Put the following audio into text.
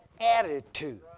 attitude